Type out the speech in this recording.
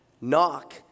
Knock